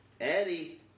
Eddie